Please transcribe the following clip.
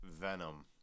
venom